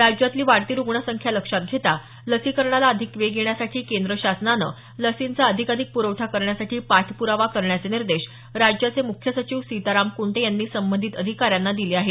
राज्यातली वाढती रुग्णसंख्या लक्षात घेता लसीकरणाला अधिक वेग येण्यासाठी केंद्र शासनानं लसींचा अधिकाधिक पुरवठा करण्यासाठी पाठप्रावा करण्याचे निर्देश राज्याचे मुख्य सचिव सीताराम कुंटे यांनी संबंधित अधिकाऱ्यांना दिले आहेत